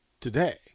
today